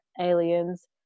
aliens